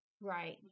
right